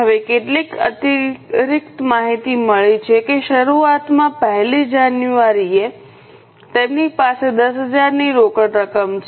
હવે કેટલીક અતિરિક્ત માહિતી મળી છે કે શરૂઆતમાં 1 લી જાન્યુઆરીએ તેમની પાસે 10000 ની રોકડ રકમ છે